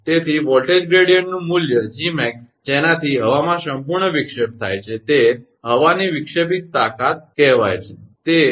તેથી વોલ્ટેજ ગ્રેડીયંટનું મૂલ્ય 𝐺𝑚𝑎𝑥 જેનાથી હવામાં સંપૂર્ણ વિક્ષેપ થાય છે તે હવાની વિક્ષેપિત તાકાત કહેવાય છે ખરું ને